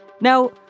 Now